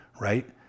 right